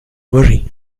worry